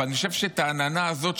אבל אני חושב שאת העננה הזאת,